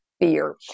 fear